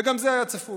וגם זה היה צפוי.